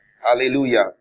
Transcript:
Hallelujah